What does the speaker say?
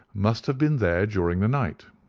must have been there during the night.